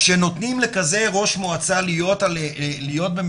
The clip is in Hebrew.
כשנותנים לכזה ראש מועצה להיות במקומו